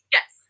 Yes